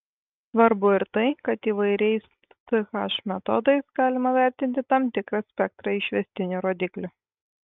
svarbu ir tai kad įvairiais ch metodais galima vertinti tam tikrą spektrą išvestinių rodiklių